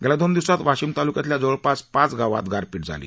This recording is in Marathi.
गेल्या दोन दिवसात वाशिम ताल्क्यातल्या जवळपास पाच गावात गारपीट झाली